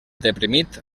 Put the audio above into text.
deprimit